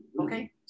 Okay